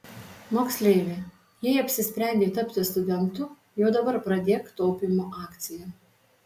moksleivi jei apsisprendei tapti studentu jau dabar pradėk taupymo akciją